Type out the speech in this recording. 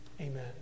Amen